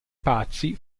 pazzi